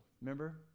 Remember